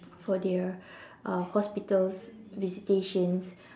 for their uh hospital visitations